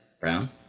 Brown